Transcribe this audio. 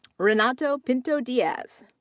renato pinto dias.